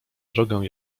drogę